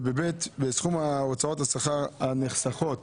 וב-(ב), בסכום ההוצאות הנחסכות